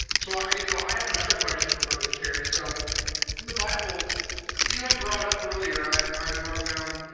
so i you know, i have another question for brother cherry. so in the bible you had brought up earlier. i'd i'd wrote down